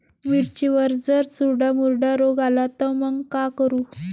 मिर्चीवर जर चुर्डा मुर्डा रोग आला त मंग का करू?